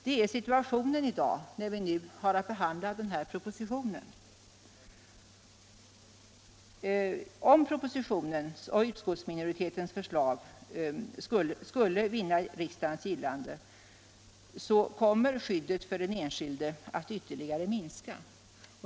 Det är situationen i dag när vi nu har att behandla den här propositionen. Om propositionens och utskottsminoritetens förslag skulle vinna riksdagens gillande kommer skyddet för den enskilde att ytterligare minska.